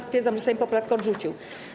Stwierdzam, że Sejm poprawkę odrzucił.